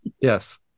Yes